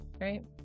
right